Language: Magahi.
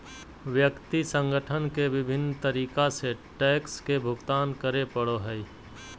व्यक्ति संगठन के विभिन्न तरीका से टैक्स के भुगतान करे पड़ो हइ